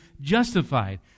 justified